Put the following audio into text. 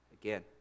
again